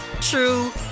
true